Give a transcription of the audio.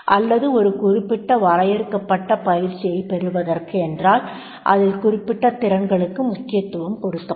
அல்லது ஒரு குறிப்பிட்ட வரையறுக்கப்பட்ட பயிற்சியைப் பெறுவதற்கு என்றால் அதில் குறிப்பிடப்பட்ட திறன்களுக்கு முக்கியத்துவம் கொடுக்கப்படும்